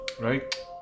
Right